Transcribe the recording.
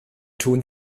tun